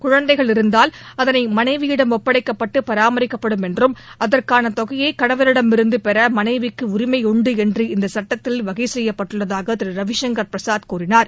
குழந்தைகள் இருந்தால் அதனை மனைவியிடம் ஒப்படைக்கப்பட்டு பராமரிக்கப்படும் என்றும் அதற்கான தொகையை கணவரிடம் இருந்து பெற மனைவிக்கு உரிமை உண்டு என்று இந்த சட்டத்தில் வகைசெய்யப்பட்டுள்ளதாக திரு ரவிசங்கர் பிரசாத் கூறினார்